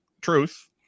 truth